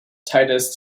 titus